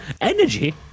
energy